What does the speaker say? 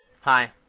Hi